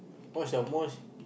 what's your most